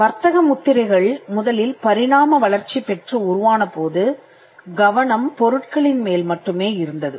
வர்த்தக முத்திரைகள் முதலில் பரிணாம வளர்ச்சி பெற்று உருவானபோது கவனம் பொருட்களின் மேல் மட்டுமே இருந்தது